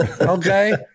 okay